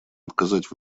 отказать